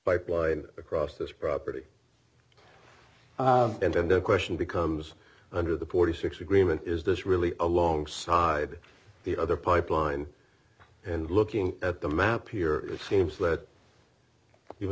biplane across this property and then the question becomes under the forty six agreement is this really alongside the other pipeline and looking at the map here it seems that